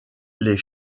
les